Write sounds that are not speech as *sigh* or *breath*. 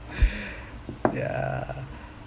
*breath* yeah